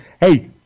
Hey